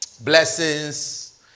blessings